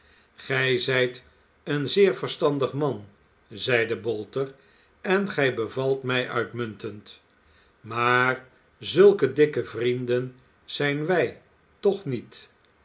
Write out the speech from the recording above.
gij zijt een zeer verstandig man zeide bolter en gij bevalt mij uitmuntend maar zulke dikke vrienden zijn wij toch niet